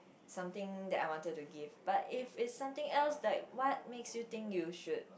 something that I wanted to give but if it's something else that what makes you think you should